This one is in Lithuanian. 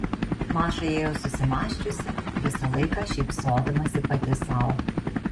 maša ėjo susimąsčiusi visą laiką šypsodamasi pati sau